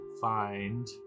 Find